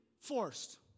forced